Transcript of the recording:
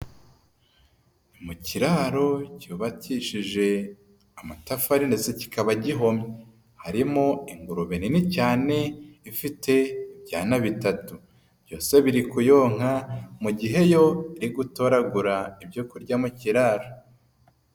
Ni mu kiraro cyubakishije amatafari ndetse kikaba gihomye, harimo ingurube nini cyane ifite byana bitatu, byose biri kuyonka mu gihe yo iri gutoragura ibyo kurya mu kiraro.